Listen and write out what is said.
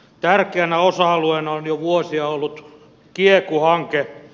tärkeänä osa alueena on jo vuosia ollut kieku hanke